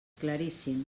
claríssim